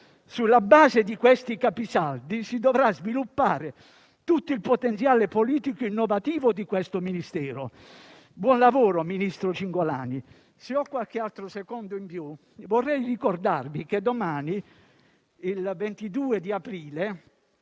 Sulla base di questi capisaldi si dovrà sviluppare tutto il potenziale politico e innovativo di questo Ministero. Buon lavoro, ministro Cingolani. Infine, vorrei ricordarvi che domani, 22 aprile,